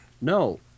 No